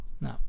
No